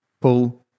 pull